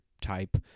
type